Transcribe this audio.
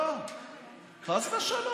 חס ושלום.